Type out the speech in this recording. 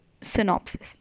synopsis